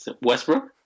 westbrook